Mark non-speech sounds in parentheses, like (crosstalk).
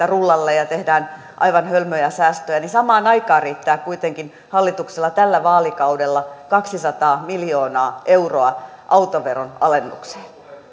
(unintelligible) rullalle ja ja tehdään aivan hölmöjä säästöjä niin samaan aikaan riittää kuitenkin hallituksella tällä vaalikaudella kaksisataa miljoonaa euroa autoveron alennukseen